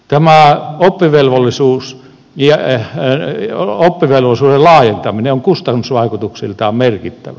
teemme oppivelvollisuus iä ei synny tämä oppivelvollisuuden laajentaminen on kustannusvaikutuksiltaan merkittävä